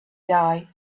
die